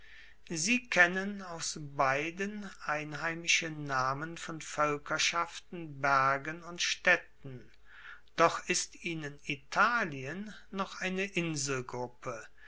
sie kennen aus beiden einheimische namen von voelkerschaften bergen und staedten doch ist ihnen italien noch eine inselgruppe